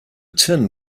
tin